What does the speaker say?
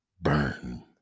burn